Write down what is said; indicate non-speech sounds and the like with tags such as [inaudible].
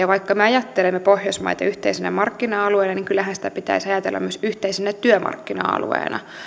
[unintelligible] vaikka me ajattelemme pohjoismaita yhteisenä markkina alueena niin kyllähän niitä pitäisi ajatella myös yhteisenä työmarkkina alueena